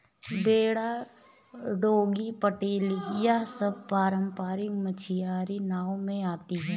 बेड़ा डोंगी पटेल यह सब पारम्परिक मछियारी नाव में आती हैं